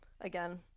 Again